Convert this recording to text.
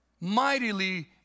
mightily